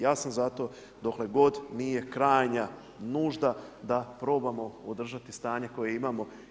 Ja sam za to dokle god nije krajnja nužda da probamo održati stanje koje imamo.